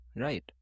Right